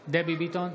ביטון,